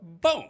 boom